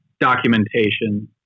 documentation